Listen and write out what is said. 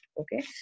Okay